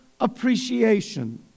appreciation